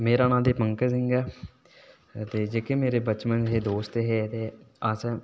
मेरा नां ते पंकज सिंह ऐ जेह्के मेरे बचपन दे दोस्त हे ते अस